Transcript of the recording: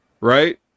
right